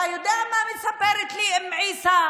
אתה יודע מה מספרת לי אום עיסא?